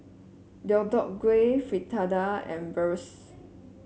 Deodeok Gui Fritada and Bratwurst